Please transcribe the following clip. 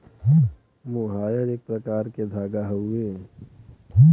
मोहायर एक प्रकार क धागा हउवे